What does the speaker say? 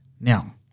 Now